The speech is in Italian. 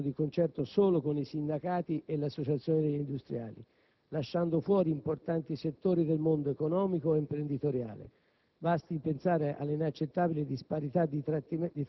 Inizialmente, il Governo ha elaborato il testo di concerto solo con i sindacati e l'associazione degli industriali, lasciando fuori importanti settori del mondo economico e imprenditoriale: